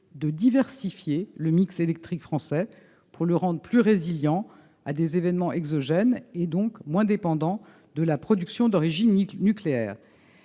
de diversifier le mix électrique français pour le rendre plus résilient à des événements exogènes et, donc, moins dépendant de la production d'origine nucléaire.